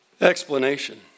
explanation